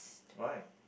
why